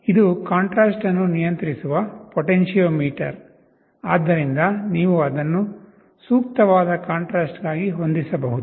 ಇದು ಕಾಂಟ್ರಾಸ್ಟ್ ಅನ್ನು ನಿಯಂತ್ರಿಸುವ ಪೊಟೆನ್ಟಿಯೊಮೀಟರ್ ಆದ್ದರಿಂದ ನೀವು ಅದನ್ನು ಸೂಕ್ತವಾದ ಕಾಂಟ್ರಾಸ್ಟ್ಗಾಗಿ ಹೊಂದಿಸಬಹುದು